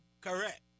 Correct